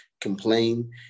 complain